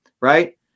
Right